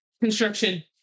construction